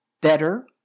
better